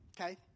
okay